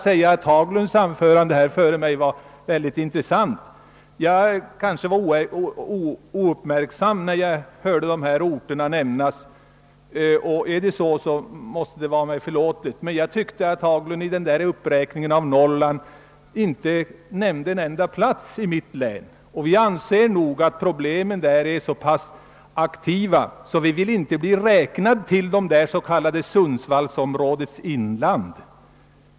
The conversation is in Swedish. Herr Haglunds anförande föreföll mig vara mycket intressant. Jag kanske var ouppmärksam, när jag hörde nämnas de orter han räknade upp. I så fall må det vara mig förlåtet. Jag tyckte emellertid att herr Haglund i sin uppräkning av orter i Norrland inte nämnde en enda plats i mitt län. Jag anser nog att problemen där är så pass aktuella, att vi inte vill bli räknade till sundsvallsområdets inland.